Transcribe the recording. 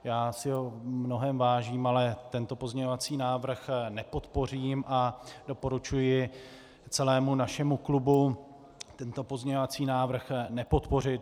Já si ho v mnohém vážím, ale tento pozměňovací návrh nepodpořím a doporučuji celému našemu klubu tento pozměňovací návrh nepodpořit.